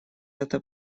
это